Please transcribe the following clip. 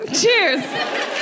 Cheers